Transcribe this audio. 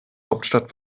hauptstadt